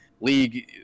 League